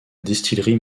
distillerie